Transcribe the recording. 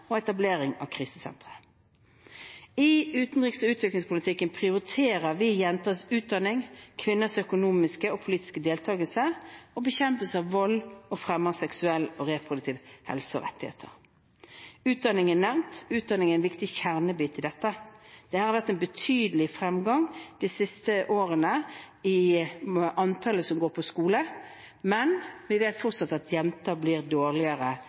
og etablering av krisesentre. I utenriks- og utviklingspolitikken prioriterer vi jenters utdanning, kvinners økonomiske og politiske deltakelse, bekjempelse av vold og fremme av seksuell og reproduktiv helse og rettigheter. Utdanning er nevnt. Utdanning er en viktig kjernebit i dette. Det har vært en betydelig fremgang de siste årene i antallet som går på skole, men vi vet at jenter fortsatt blir dårligere